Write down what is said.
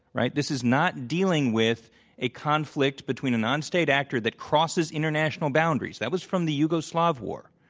right? this is not dealing with a conflict between a nonstate actor that crosses international boundaries. that was from the yugoslav war,